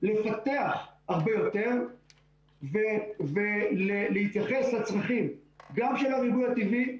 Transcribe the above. לפתח הרבה יותר ולהתייחס לצרכים גם של הריבוי הטבעי,